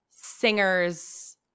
singers